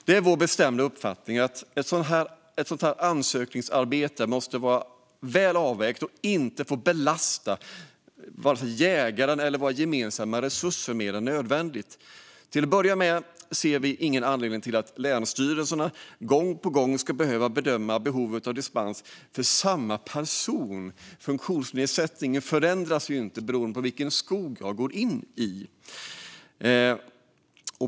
Det är vår bestämda uppfattning att ett sådant ansökningsarbete måste vara väl avvägt och inte får belasta vare sig jägaren eller våra gemensamma resurser mer än nödvändigt. Till att börja med ser vi ingen anledning till att länsstyrelserna gång på gång ska behöva bedöma behovet av dispens för samma person. Funktionsnedsättningen förändras ju inte beroende på vilken skog man går in i.